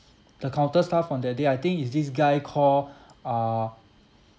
the counter staff on that day I think is this guy called uh